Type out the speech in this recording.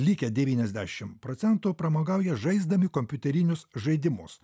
likę devyniasdešim procentų pramogauja žaisdami kompiuterinius žaidimus